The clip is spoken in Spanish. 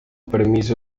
permiso